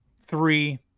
three